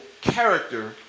character